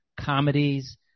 comedies